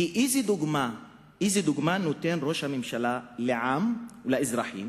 כי איזו דוגמה נותן ראש הממשלה לעם ולאזרחים